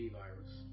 virus